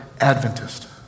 Adventist